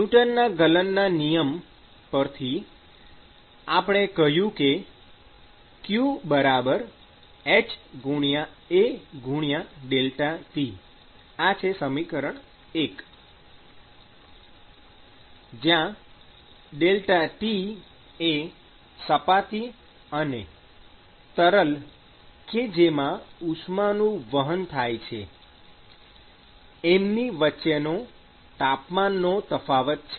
ન્યુટનના ગલનના નિયમ Newton's Law of cooling પરથી આપણે કહ્યું કે q hAΔT 1 જ્યાં ΔT એ સપાટી અને તરલ કે જેમાં ઉષ્માનું વહન થાય છે એમની વચ્ચેનો તાપમાનનો તફાવત છે